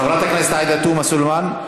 חברת הכנסת עאידה תומא סלימאן.